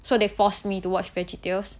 so they forced me to watch veggietales